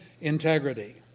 integrity